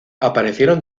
aparecieron